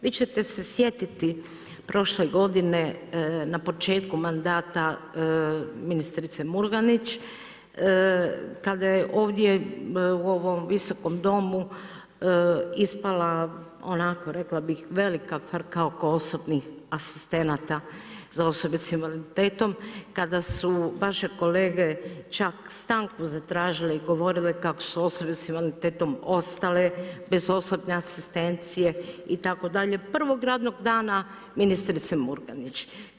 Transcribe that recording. Vi ćete se sjetiti prošle godine na početku mandata ministrice Murganić kada je ovdje u ovom Visokom domu ispala onako rekla bih velika frka oko osobnih asistenata za osobe sa invaliditetom kada su vaše kolege čak stanku zatražite i govorile kako su osobe sa invaliditetom ostale bez osobne asistencije itd., prvog radnog dana ministrice Murganić.